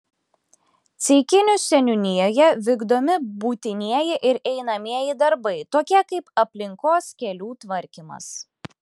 ceikinių seniūnijoje vykdomi būtinieji ir einamieji darbai tokie kaip aplinkos kelių tvarkymas